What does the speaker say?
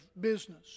business